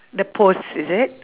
the pose is it